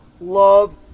love